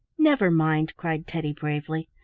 never mind, cried teddy, bravely,